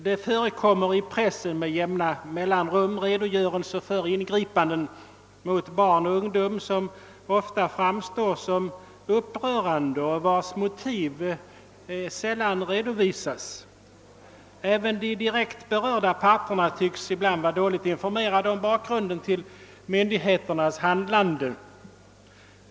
Med jämna mellanrum förekommer i pressen redogörelser för ingripanden mot barn och ungdom, som ofta framstår som upprörande och vilkas motiv sällan redovisas. Även de direkt berörda parterna tycks ibland vara dåligt informerade om bakgrunden till myndigheternas handlande.